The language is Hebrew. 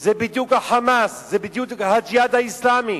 זה בדיוק ה"חמאס", זה בדיוק "הג'יהאד האסלאמי".